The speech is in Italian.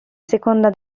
seconda